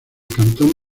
cantón